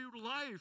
Life